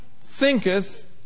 thinketh